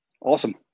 Awesome